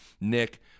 Nick